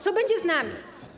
Co będzie z nami?